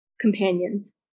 companions